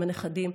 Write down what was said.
עם הנכדים,